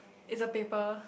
it's a paper